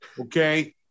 Okay